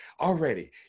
Already